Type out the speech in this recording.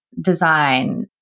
design